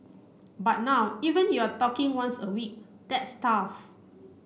but now even you're talking once a week that's tough